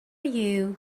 you